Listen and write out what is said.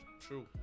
True